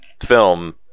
film